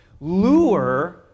lure